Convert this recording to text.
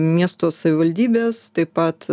miesto savivaldybės taip pat